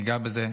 ניגע בזה,